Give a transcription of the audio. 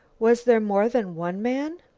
was there more than one man?